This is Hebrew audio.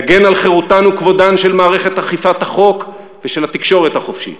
נגן על חירותן וכבודן של מערכת אכיפת החוק והתקשורת החופשית.